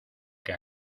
que